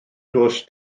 does